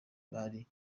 bari